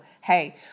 hey